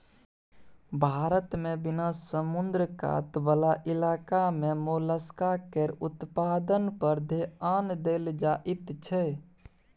भारत मे बिना समुद्र कात बला इलाका मे मोलस्का केर उत्पादन पर धेआन देल जाइत छै